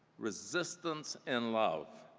resistance and love,